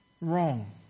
wrong